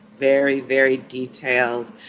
very, very detailed,